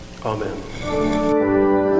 Amen